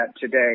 today